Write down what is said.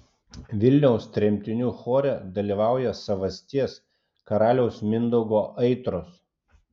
vilniaus tremtinių chore dalyvauja savasties karaliaus mindaugo aitros